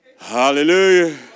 Hallelujah